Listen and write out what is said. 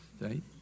right